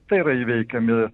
tai yra įveikiami